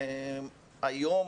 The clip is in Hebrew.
היום,